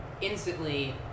instantly